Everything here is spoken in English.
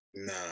Nah